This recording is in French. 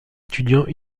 étudiant